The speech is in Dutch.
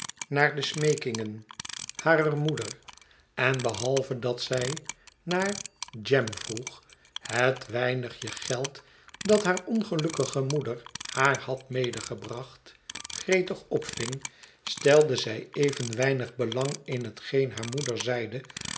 naar de smeekingen harer moeder en behalve dat zij naar a jem vroeg het weinigje geld dat haar ongelukkige moeder haar had medegebracht gretig opving stelde zij even weinig belang in hetgeen haar moeder zeide